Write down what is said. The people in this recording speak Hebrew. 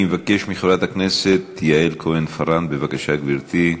אני מבקש מחברת הכנסת יעל כהן-פארן, בבקשה, גברתי.